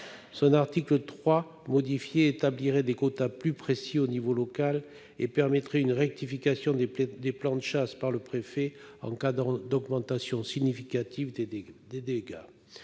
L'article 3, modifié, du texte établit des quotas plus précis au niveau local et permet une rectification des plans de chasse par le préfet en cas d'augmentation significative des dégâts.